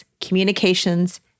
communications